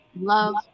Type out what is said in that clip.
love